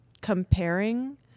comparing